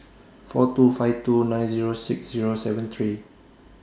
four two five two nine Zero six Zero seven three